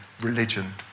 religion